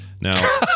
Now